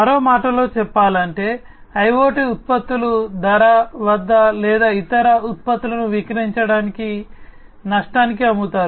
మరో మాటలో చెప్పాలంటే IoT ఉత్పత్తులు ధర వద్ద లేదా ఇతర ఉత్పత్తులను విక్రయించడానికి నష్టానికి అమ్ముతారు